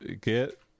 get